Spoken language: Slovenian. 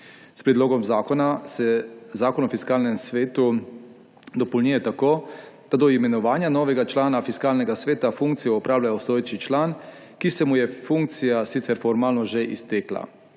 S predlogom zakona se Zakon o fiskalnem svetu dopolnjuje tako, da do imenovanja novega člana Fiskalnega sveta funkcijo opravlja obstoječi član, ki se mu je funkcija sicer formalno že iztekla.